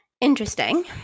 interesting